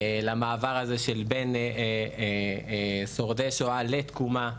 למעבר של בין שורדי שואה לתקומה,